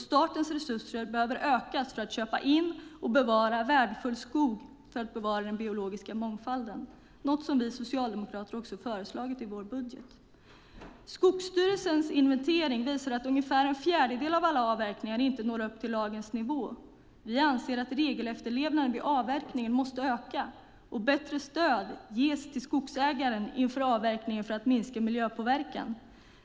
Statens resurser behöver ökas för att köpa in och bevara värdefull skog i syfte att bevara den biologiska mångfalden, något som vi socialdemokrater också föreslagit i vår budget. Skogsstyrelsens inventering visar att ungefär en fjärdedel av alla avverkningar inte når upp till lagens nivå. Vi anser att regelefterlevnaden vid avverkning måste öka och bättre stöd ges till skogsägaren inför avverkning för att minska miljöpåverkan.